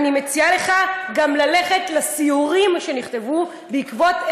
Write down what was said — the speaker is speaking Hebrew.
אני מציעה לך גם ללכת לסיורים שנכתבו בעקבות,